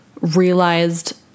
realized